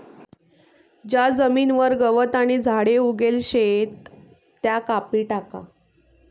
ज्या जमीनवर गवत आणि झाडे उगेल शेत त्या कापी टाका